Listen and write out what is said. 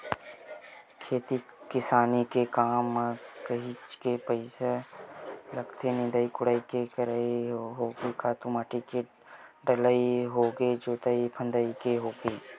खेती किसानी के काम म काहेच के पइसा लगथे निंदई कोड़ई के करई होगे खातू माटी के डलई होगे जोतई फंदई के होगे